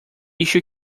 issue